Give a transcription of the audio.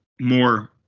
more